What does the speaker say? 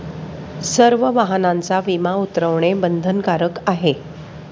सर्व वाहनांचा विमा उतरवणे बंधनकारक आहे